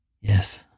Yes